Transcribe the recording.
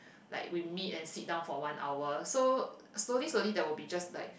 like we meet and sit down for one hour so slowly slowly they will be just like